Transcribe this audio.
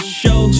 show